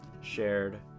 shared